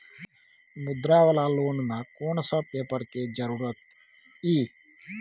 मुद्रा वाला लोन म कोन सब पेपर के जरूरत इ?